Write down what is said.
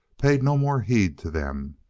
paid no more heed to them.